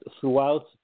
throughout